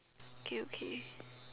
okay okay